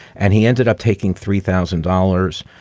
and he ended up taking three thousand dollars.